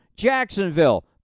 Jacksonville